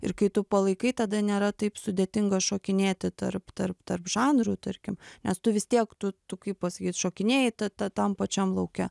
ir kai tu palaikai tada nėra taip sudėtinga šokinėti tarp tarp tarp žanrų tarkim nes tu vis tiek tu tu kaip pasakyt šokinėji ta ta tam pačiam lauke